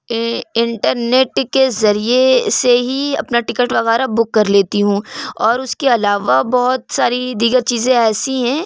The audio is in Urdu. انٹرنیٹ کے ذریعے سے ہی اپنا ٹکٹ وغیرہ بک کر لیتی ہوں اور اس کے علاوہ بہت ساری دیگر چیزیں ایسی ہیں